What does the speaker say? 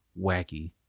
wacky